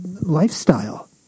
lifestyle